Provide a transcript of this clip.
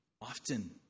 often